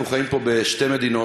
אנחנו חיים פה בשתי מדינות.